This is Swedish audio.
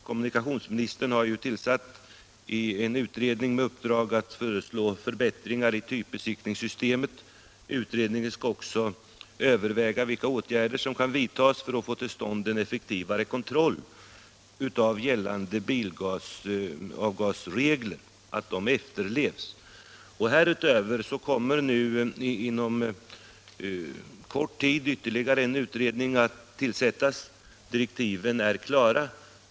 Kommunikationsministern har tillsatt en utredning med uppdrag att föreslå förbättringar i typbesiktningssystemet. Utredningen skall också överväga vilka åtgärder som kan vidtas för att man skall få till stånd en effektivare kontroll av att gällande bilavgasregler efterlevs. Härutöver kommer nu inom kort ytterligare en utredning att tillsättas. Direktiven är klara.